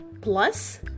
Plus